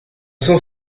s’en